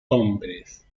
hombres